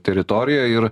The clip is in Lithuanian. teritoriją ir